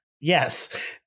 Yes